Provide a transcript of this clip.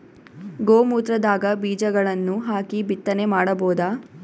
ಗೋ ಮೂತ್ರದಾಗ ಬೀಜಗಳನ್ನು ಹಾಕಿ ಬಿತ್ತನೆ ಮಾಡಬೋದ?